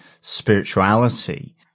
spirituality